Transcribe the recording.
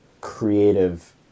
creative